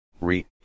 Re